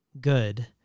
good